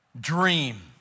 dream